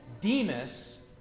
Demas